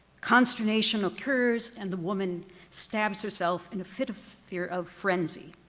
consternation occurs and the woman stabs herself in a fit of fit of frenzy.